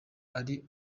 ari